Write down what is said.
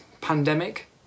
pandemic